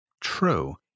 true